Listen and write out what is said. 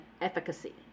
efficacy